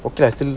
okay I think